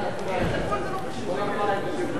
אדוני היושב-ראש, רבותי השרים,